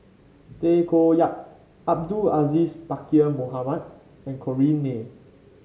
Tay Koh Yat Abdul Aziz Pakkeer Mohamed and Corrinne May